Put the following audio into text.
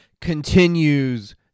continues